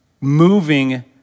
moving